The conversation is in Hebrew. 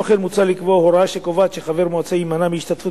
כמו כן מוצע לקבוע הוראה שקובעת שחבר מועצה יימנע מהשתתפות